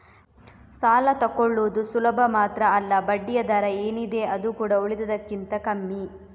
ಸಾಲ ತಕ್ಕೊಳ್ಳುದು ಸುಲಭ ಮಾತ್ರ ಅಲ್ಲ ಬಡ್ಡಿಯ ದರ ಏನಿದೆ ಅದು ಕೂಡಾ ಉಳಿದದಕ್ಕಿಂತ ಕಮ್ಮಿ